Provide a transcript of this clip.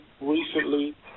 recently